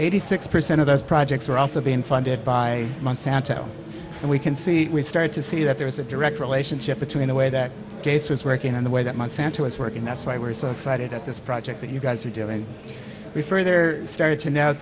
eighty six percent of those projects were also being funded by month santo and we can see we started to see that there is a direct relationship between the way that case was working in the way that monsanto is working that's why we're so excited at this project that you guys are doing we further started to note